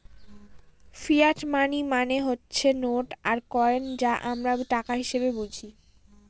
fiat money মানে হচ্ছে note আর কয়েন যা আমরা টাকা হিসেবে বুঝি